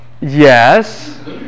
Yes